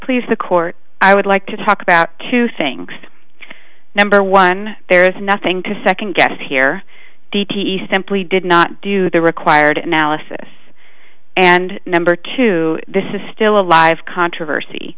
please the court i would like to talk about two things number one there's nothing to second guess here d t e simply did not do the required analysis and number two this is still alive controversy